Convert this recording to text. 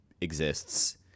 exists